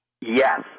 Yes